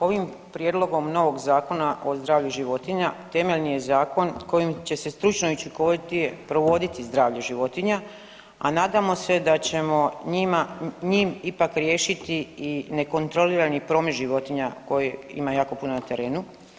Ovim prijedlogom novog Zakona o zdravlju životinja temeljni je zakon kojim će se stručno i učinkovitije provoditi zdravlje životinja, a nadamo se da ćemo njim ipak riješiti i nekontrolirani promet životinja koji ima jako puno na terenu.